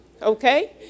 okay